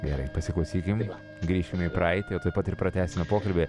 gerai pasiklausykim grįšime į praeitį o tuoj pat ir pratęsime pokalbį